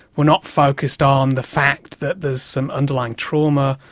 we're not focussed on the fact that there's some underlying trauma,